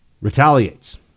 retaliates